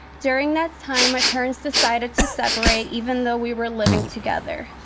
during that time, my parents decided to separate even though we were living together.